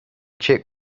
check